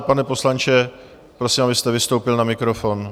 Pane poslanče, prosím, abyste vystoupil na mikrofon...